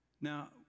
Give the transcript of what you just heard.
Now